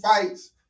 fights